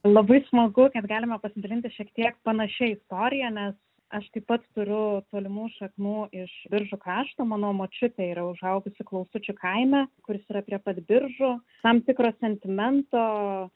labai smagu kad galime pasidalinti šiek tiek panašia istorija nes aš taip pat turiu tolimų šaknų iš biržų krašto mano močiutė yra užaugusi klausučių kaime kuris yra prie pat biržų tam tikro sentimento